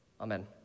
Amen